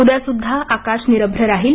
उद्यासुद्धा आकाश निरभ्र राहील